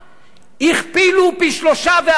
הכפילו פי שלושה וארבעה את